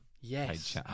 Yes